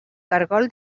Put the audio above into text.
caragol